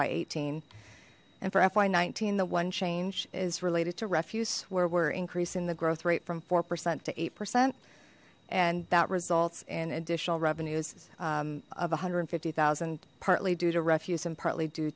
fy eighteen and for fy nineteen the one change is related to refuse where we're increasing the growth rate from four percent to eight percent and that results in additional revenues of one hundred and fifty zero partly due to refuse and partly due